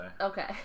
Okay